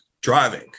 driving